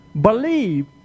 believe